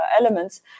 elements